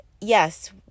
yes